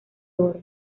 oro